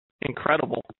incredible